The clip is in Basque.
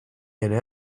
ere